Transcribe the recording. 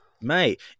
mate